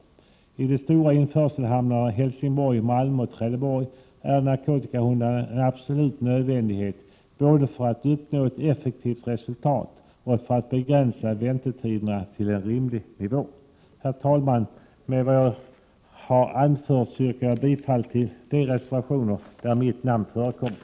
Vid de stora införselhamnarna Helsingborg, Malmö och Trelleborg är narkotikahundarna en absolut nödvändighet, både för att uppnå ett effektivt resultat och för att begränsa väntetiderna till en rimlig nivå. Herr talman! Med det jag anfört yrkar jag bifall till de reservationer där mitt namn förekommer.